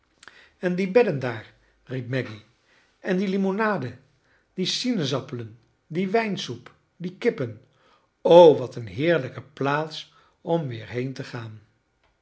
en die bedden daar riep maggy en die limonade die sinaasappelen die wijnsoepi die kippen o wat een heerlijke plaats om weer been te gaan